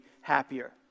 happier